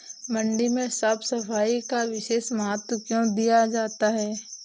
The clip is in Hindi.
मंडी में साफ सफाई का विशेष महत्व क्यो दिया जाता है?